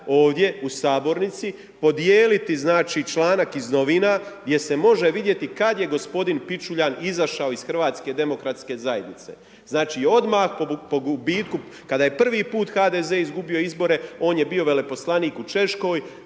ovdje u sabornici, podijeliti članak iz novine gdje se može vidjeti kad je g. Pičuljan izašao iz HDZ-a. Znači odmah po gubitku kada je prvi put HDZ izgubio izbore, on je bio veleposlanik u Češkoj,